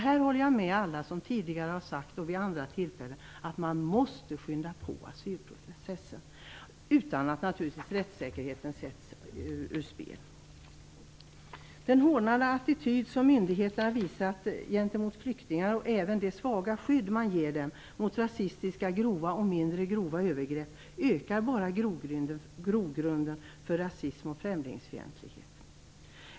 Här håller jag med alla som tidigare i dag och vid andra tillfällen har sagt att man måste skynda på asylprocessen, naturligtvis utan att rättssäkerheten sätts ur spel. Den hårdnande attityd som myndigheterna visat gentemot flyktingar och även det svaga skydd man ger dem mot grova och mindre grova rasistiska övergrepp ökar bara grogrunden för rasism och främlingsfientlighet.